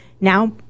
Now